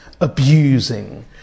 abusing